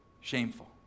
shameful